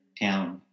town